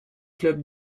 clubs